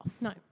No